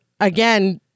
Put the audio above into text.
again